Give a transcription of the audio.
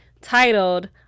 titled